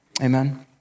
Amen